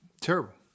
Terrible